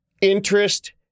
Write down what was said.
interest